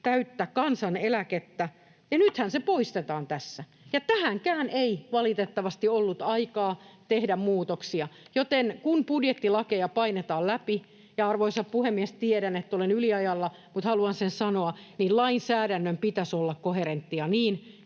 koputtaa] Ja nythän se poistetaan tässä. Tähänkään ei valitettavasti ollut aikaa tehdä muutoksia. Joten, kun budjettilakeja painetaan läpi — arvoisa puhemies, tiedän, että olen yliajalla, mutta haluan sen sanoa — niin lainsäädännön pitäisi olla koherenttia, niin